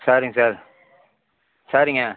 சரிங் சார் சரிங்க